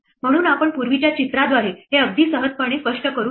म्हणून आपण पूर्वीच्या चित्राद्वारे हे अगदी सहजपणे स्पष्ट करू शकतो